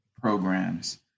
programs